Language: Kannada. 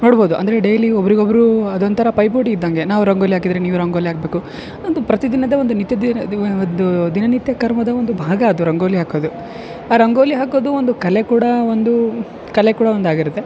ನೋಡಬೌದು ಅಂದರೆ ಡೈಲಿ ಒಬ್ರಿಗೊಬ್ಬರು ಅದೊಂಥರ ಪೈಪೋಟಿ ಇದ್ದಂಗೆ ನಾವು ರಂಗೋಲಿ ಹಾಕಿದ್ರೆ ನೀವು ರಂಗೋಲಿ ಹಾಕಬೇಕು ಒಂದು ಪ್ರತಿದಿನದ ಒಂದು ನಿತ್ಯ ದಿನ ದಿವದ್ದು ದಿನನಿತ್ಯ ಕರ್ಮದ ಒಂದು ಭಾಗ ಅದು ರಂಗೋಲಿ ಹಾಕೋದು ಆ ರಂಗೋಲಿ ಹಾಕೋದು ಒಂದು ಕಲೆ ಕೂಡ ಒಂದು ಕಲೆ ಕೂಡ ಒಂದು ಆಗಿರತ್ತೆ